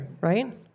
right